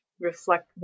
reflect